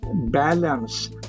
balance